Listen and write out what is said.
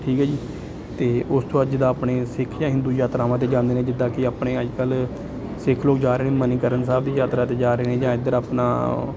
ਠੀਕ ਹੈ ਜੀ ਅਤੇ ਉਸ ਤੋਂ ਬਾਅਦ ਜਿੱਦਾਂ ਆਪਣੇ ਸਿੱਖ ਜਾਂ ਹਿੰਦੂ ਯਾਤਰਾਵਾਂ 'ਤੇ ਜਾਂਦੇ ਨੇ ਜਿੱਦਾਂ ਕਿ ਆਪਣੇ ਅੱਜ ਕੱਲ੍ਹ ਸਿੱਖ ਲੋਕ ਜਾ ਰਹੇ ਮਨੀਕਰਨ ਸਾਹਿਬ ਦੀ ਯਾਤਰਾ 'ਤੇ ਜਾ ਰਹੇ ਨੇ ਜਾਂ ਇੱਧਰ ਆਪਣਾ